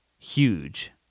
huge